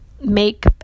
make